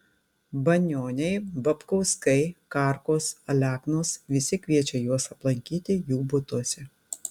banioniai babkauskai karkos aleknos visi kviečia juos aplankyti jų butuose